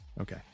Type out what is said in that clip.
okay